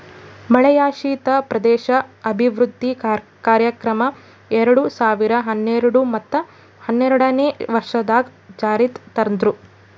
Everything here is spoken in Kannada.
ಮಳೆಯಾಶ್ರಿತ ಪ್ರದೇಶ ಅಭಿವೃದ್ಧಿ ಕಾರ್ಯಕ್ರಮ ಎರಡು ಸಾವಿರ ಹನ್ನೊಂದು ಮತ್ತ ಹನ್ನೆರಡನೇ ವರ್ಷದಾಗ್ ಜಾರಿಗ್ ತಂದ್ರು